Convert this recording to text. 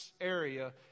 area